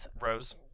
Rose